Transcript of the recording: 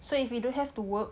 so if you don't have to work